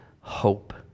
hope